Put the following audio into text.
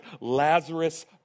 Lazarus